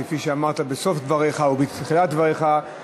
כפי שאמרת בסוף דבריך ובתחילת דבריך,